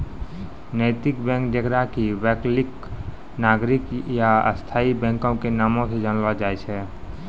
नैतिक बैंक जेकरा कि वैकल्पिक, नागरिक या स्थायी बैंको के नामो से जानलो जाय छै